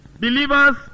believers